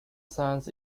sends